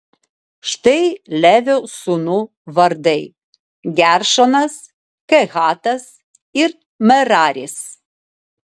štai levio sūnų vardai geršonas kehatas ir meraris